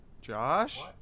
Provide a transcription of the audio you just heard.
Josh